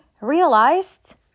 realized